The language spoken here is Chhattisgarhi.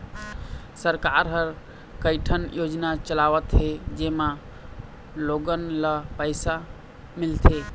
सरकार ह कइठन योजना चलावत हे जेमा लोगन ल पइसा मिलथे